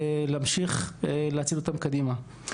ולהמשיך להצעיד אותם קדימה.